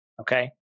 Okay